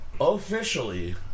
officially